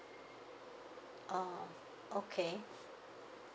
oh okay